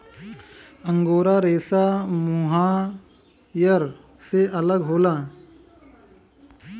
angora रेसा mohair से अलग होला